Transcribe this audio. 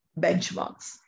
benchmarks